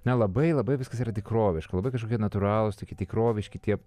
na labai labai viskas yra tikroviška labai kažkokie natūralūs tokie tikroviški tie